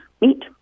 meet